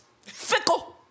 Fickle